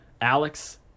alex